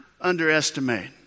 underestimate